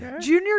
Junior